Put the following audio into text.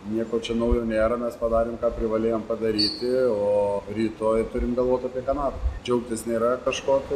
nieko čia naujo nėra mes padarėm ką privalėjom padaryti o rytoj turim galvot apie kanadą džiaugtis nėra kažko tai